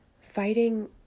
fighting